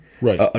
Right